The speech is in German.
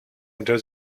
unter